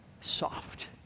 Soft